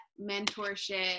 mentorship